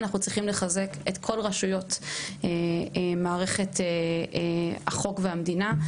אנחנו צריכים לחזק את כל רשויות מערכת החוק והמדינה.